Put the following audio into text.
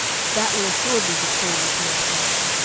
that will assuredly restore you to yourself